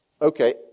Okay